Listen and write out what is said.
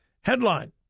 Headline